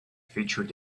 featured